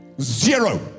Zero